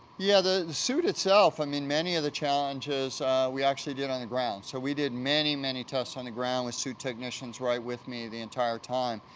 yeah, the the suit itself, i mean many of the challenges we actually did on the ground. so, we did many, many tests on the ground with suit technicians right with me the entire time,